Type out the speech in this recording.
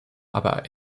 auch